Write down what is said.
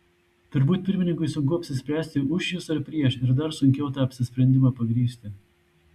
turbūt pirmininkui sunku apsispręsti už jis ar prieš ir dar sunkiau tą apsisprendimą pagrįsti